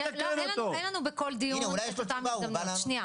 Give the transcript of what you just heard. אין לנו בכל דיון את אותן הזדמנויות,